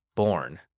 born